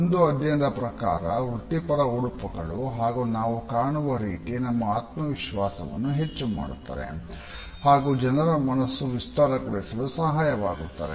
ಒಂದು ಅಧ್ಯಯನದ ಪ್ರಕಾರ ವೃತ್ತಿಪರ ಉಡುಪುಗಳು ಹಾಗು ನಾವು ಕಾಣುವ ರೀತಿ ನಮ್ಮಆತ್ಮವಿಶ್ವಾಸವನ್ನುಹೆಚ್ಚು ಮಾಡುತ್ತದೆ ಹಾಗು ಜನರ ಮನಸ್ಸು ವಿಸ್ತಾರಗೊಳ್ಳಲು ಸಹಾಯವಾಗುತ್ತದೆ